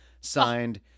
Signed